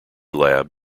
lab